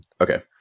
okay